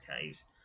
caves